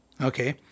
Okay